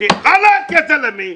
חלאס, יא זלמה.